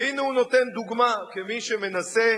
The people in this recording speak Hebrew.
והנה הוא נותן דוגמה כמי שמנסה,